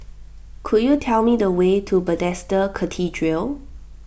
could you tell me the way to Bethesda Cathedral